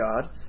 God